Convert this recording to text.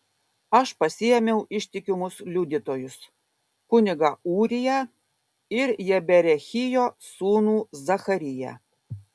aš pasiėmiau ištikimus liudytojus kunigą ūriją ir jeberechijo sūnų zachariją